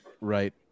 right